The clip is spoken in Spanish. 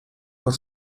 por